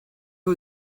vos